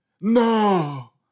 No